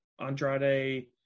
Andrade